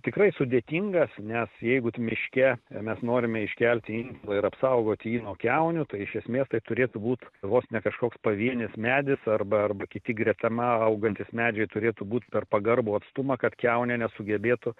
tikrai sudėtingas nes jeigu miške mes norime iškelti inkilą ir apsaugoti jį nuo kiaunių tai iš esmės tai turėtų būt vos ne kažkoks pavienis medis arba arba kiti greta na augantys medžiai turėtų būt per pagarbų atstumą kad kiaunė nesugebėtų